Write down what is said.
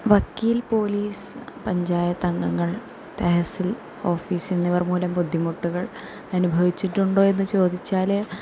വക്കീൽ പോലീസ് പഞ്ചായത്ത് അംഗങ്ങൾ തഹസിൽ ഓഫീസ് എന്നിവർ മൂലം ബുദ്ധിമുട്ടുകൾ അനുഭവിച്ചിട്ടുണ്ടോ എന്ന് ചോദിച്ചാൽ